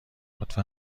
لطفا